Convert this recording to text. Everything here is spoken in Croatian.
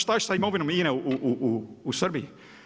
Šta je sa imovinom INA-e u Srbiji?